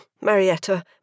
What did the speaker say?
Marietta